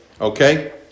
okay